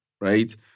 right